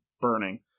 burning